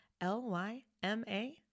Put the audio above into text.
L-Y-M-A